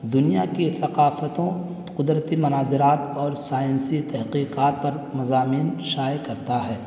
دنیا کی ثقافتوں قدرتی مناظرات اور سائنسی تحقیقات پر مضامین شائع کرتا ہے